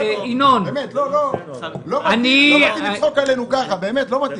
לא יכולים לצחוק עלינו כך, באמת זה לא מתאים.